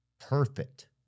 perfect